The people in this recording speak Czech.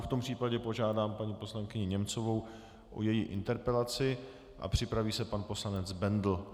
V tom případě požádám paní poslankyni Němcovou o její interpelaci a připraví se pan poslanec Bendl.